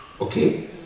okay